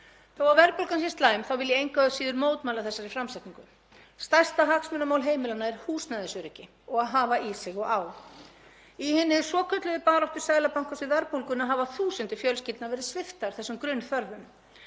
Þó að verðbólgan sé slæm þá vil ég engu að síður mótmæla þessari framsetningu. Stærsta hagsmunamál heimilanna er húsnæðisöryggi og að hafa í sig og á. Í hinni svokölluðu baráttu Seðlabankans við verðbólguna hafa þúsundir fjölskyldna verið sviptar þessum grunnþörfum.